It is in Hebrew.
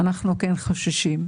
אנחנו כן חוששים.